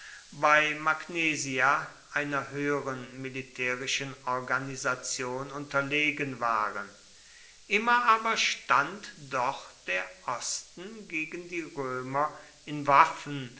bei magnesia einer höheren militärischen organisation unterlegen waren immer aber stand doch der osten gegen die römer in waffen